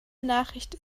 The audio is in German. nachricht